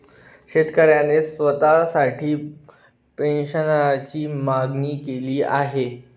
शेतकऱ्याने स्वतःसाठी पेन्शनची मागणी केली आहे